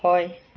হয়